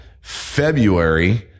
February